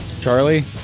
Charlie